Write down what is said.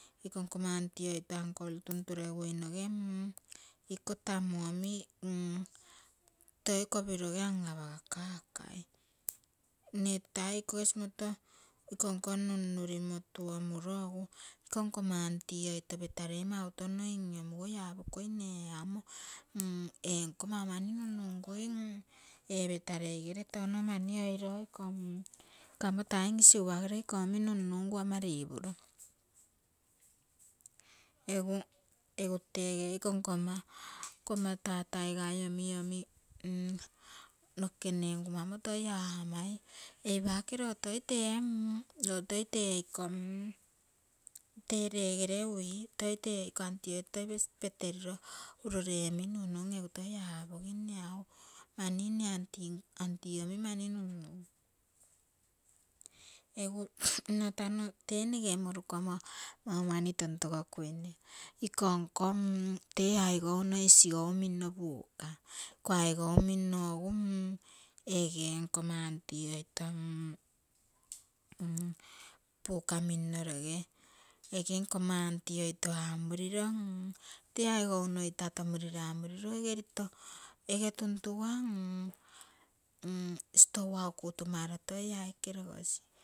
Iko nkomma aunty oito uncle tuntureguinoge iko tamu omi toi kopiroge an-apagakakai. mne taa ikoge simoto ikonko nunnurimo toumuro egu, ikomma aunty oito petarei mau touno in-iomui, apokui mne amo enko mau mani nunnugui, ee petareigere touno mani oiro iko amo taim isigupagere iko omi nunnugu ama ripuro. egu tege ikomma, nkomma tatai gai omi nokeke mie ngumamo toi aamai ei pake lo toi iko legere uii, toi tee iko aunty oito toi peteriro uro lee omi nunnum egu toi aapogim, mani mne aunty omi mani nunnugui egu nno tano tee nege morukomo mau mani tontogo kuine iko nko tee aigou nno isigou minno buka, iko aigou mino egu ege nkomma aunty oito buka minnoroge, ege nkomma aunty oito amuriro, tee aigou nno itatomuriro amuriro ege ito ege tuntugua store uaku tumaro toi aike rogosi